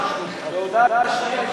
בהודעה השנייה יש, סליחה?